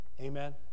Amen